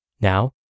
Now